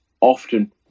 often